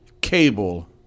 Cable